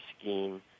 scheme